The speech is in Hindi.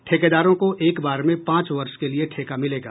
ठेकेदारों को एक बार में पांच वर्ष के लिए ठेका मिलेगा